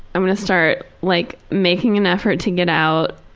i'm gonna start like making an effort to get out,